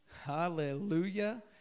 hallelujah